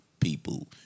people